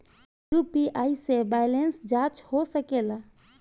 UPI से balance जाँच हो सके ला?